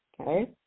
Okay